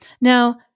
Now